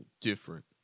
Different